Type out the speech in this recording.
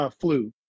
Flu